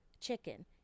chicken